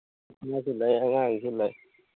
ꯏꯁꯥꯁꯨ ꯂꯩ ꯑꯉꯥꯡꯁꯨ ꯂꯩ